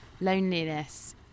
Loneliness